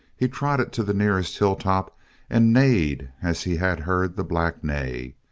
he trotted to the nearest hilltop and neighed as he had heard the black neigh.